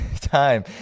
time